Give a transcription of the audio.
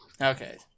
Okay